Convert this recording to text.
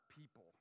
people